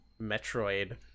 metroid